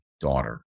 daughter